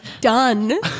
done